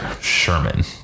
Sherman